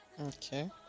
okay